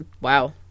Wow